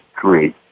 three